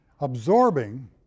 absorbing